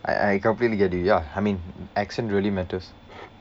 I I completely get it ya I mean accent really matters